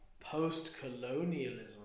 post-colonialism